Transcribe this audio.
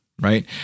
right